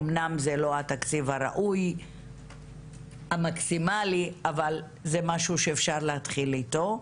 אומנם זה לא תקציב המקסימלי הראוי אבל זה משהו שאפשר להתחיל אתו.